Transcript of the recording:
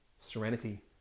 serenity